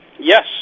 Yes